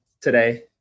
today